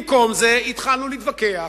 במקום זה התחלנו להתווכח,